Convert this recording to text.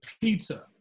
pizza